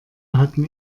hatten